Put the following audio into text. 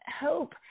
hope